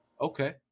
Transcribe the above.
Okay